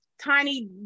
tiny